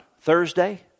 Thursday